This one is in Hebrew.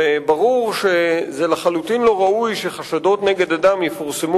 ברור שזה לחלוטין לא ראוי שחשדות נגד אדם יפורסמו